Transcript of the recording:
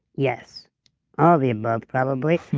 yes, all the above probably.